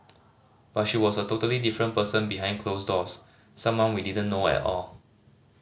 but she was a totally different person behind closed doors someone we didn't know at all